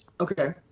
Okay